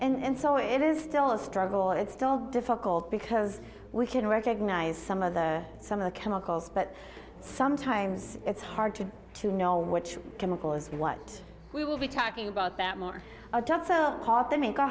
labels and so it is still a struggle it's still difficult because we can recognise some of the some of the chemicals but sometimes it's hard to to know which chemical is what we will be talking about that more are just so hot that make